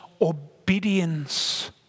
obedience